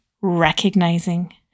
recognizing